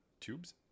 tubes